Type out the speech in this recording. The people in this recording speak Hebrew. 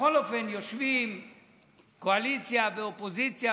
בכל אופן יושבים קואליציה ואופוזיציה,